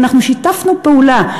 ואנחנו שיתפנו פעולה.